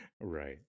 right